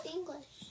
English